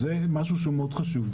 זה משהו שהוא מאוד חשוב.